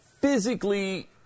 physically